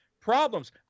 problems